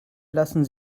lassen